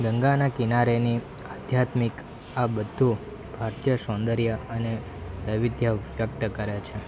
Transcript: ગંગાના કિનારેની આધ્યાત્મિક આ બધુ ભારતીય સૌંદર્ય અને વૈવિધ્ય વ્યક્ત કરે છે